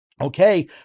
okay